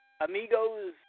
amigos